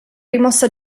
rimossa